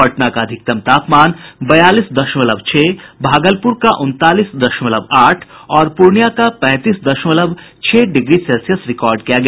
पटना का अधिकतम तापमान बयालीस दशमलव छह भागलपुर का उनतालीस दशमलव आठ और पूर्णिया का पैंतीस दशमलव छह डिग्री सेल्सियस रिकार्ड किया गया